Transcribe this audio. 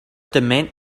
dement